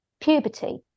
puberty